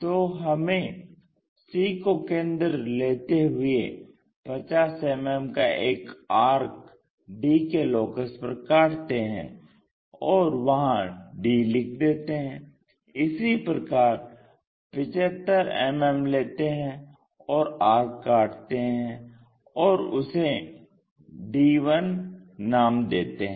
तो हमें c को केंद्र लेते हुए 50 मिमी का एक आर्क d के लोकस पर काटते हैं और वहां d लिख देते है इसी प्रकार 75 मिमी लेते हैं और आर्क काटते हैं और उसे d1 नाम देते हैं